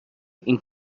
این